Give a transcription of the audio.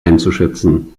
einzuschätzen